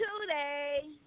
today